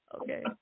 Okay